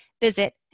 visit